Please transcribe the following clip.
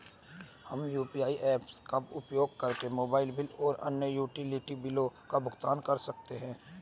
हम UPI apps का उपयोग करके मोबाइल बिल और अन्य यूटिलिटी बिलों का भुगतान कर सकते हैं